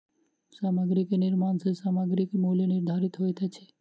सामग्री के निर्माण सॅ सामग्रीक मूल्य निर्धारित होइत अछि